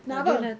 nak apa